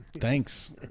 Thanks